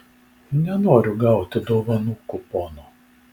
nenoriu gauti dovanų kupono